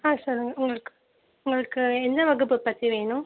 ஆ சொல்லுங்கள் உங்களுக்கு உங்களுக்கு எந்த வகுப்பை பற்றி வேணும்